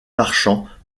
marchands